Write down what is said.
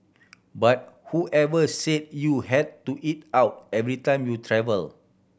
but whoever said you had to eat out every time you travel